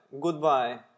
goodbye